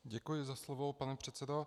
Děkuji za slovo, pane předsedo.